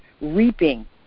reaping